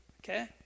okay